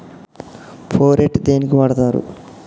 Phorate దేనికి వాడుతరు?